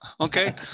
Okay